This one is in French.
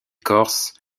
corse